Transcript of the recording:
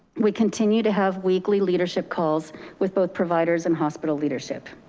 we continue to have weekly leadership calls with both providers and hospital leadership.